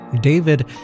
David